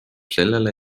sellele